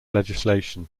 legislation